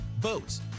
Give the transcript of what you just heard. boats